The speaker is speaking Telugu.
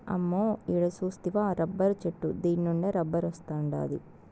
అమ్మో ఈడ సూస్తివా రబ్బరు చెట్టు దీన్నుండే రబ్బరొస్తాండాది